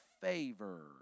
favor